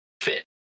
fit